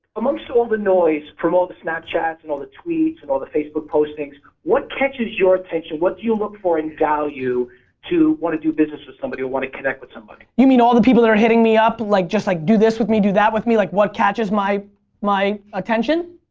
amongst all the noise from all the snapchats and all the tweets and all the facebook postings what catches your attention? what do you look for in value to want to do business with somebody or want to connect with somebody? you mean all the people that are hitting me up like just like do this with me, do that with me, like what catches my my attention?